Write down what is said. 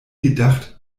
gedacht